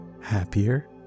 happier